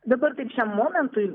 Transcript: dabar taip šiam momentui